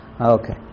Okay